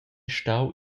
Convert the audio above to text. stau